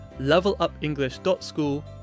levelupenglish.school